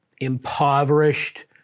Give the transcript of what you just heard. impoverished